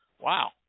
Wow